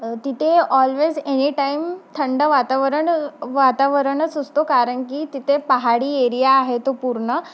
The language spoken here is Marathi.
तिथे ऑलव्हेज एनी टाईम थंड वातावरण वातावरणच असतो कारण की तिथे पहाडी एरिया आहे तो पूर्ण